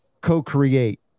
co-create